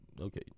Okay